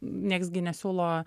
nieks gi nesiūlo